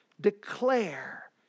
Declare